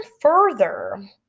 further